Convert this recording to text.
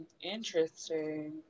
Interesting